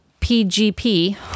PGP